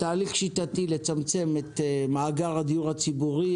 שבתהליך שיטתי ידעה לצמצם את מאגר הדיור הציבורי,